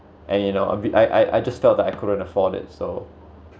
and you know I I just felt that I couldn't afford it so